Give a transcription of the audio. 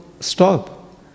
stop